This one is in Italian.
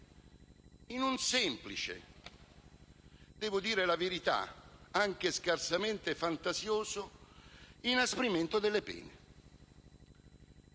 In un semplice - devo dire la verità, anche scarsamente fantasioso - inasprimento delle pene.